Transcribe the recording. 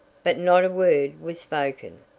but not a word was spoken.